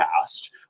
past